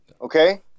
Okay